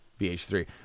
VH3